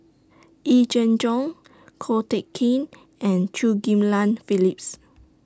Yee Jenn Jong Ko Teck Kin and Chew Ghim Lian Phillips